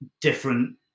different